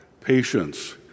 patience